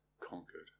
conquered